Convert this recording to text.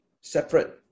separate